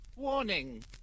warning